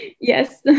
Yes